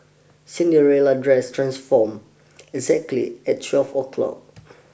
Cinderella's dress transformed exactly at twelve o'clock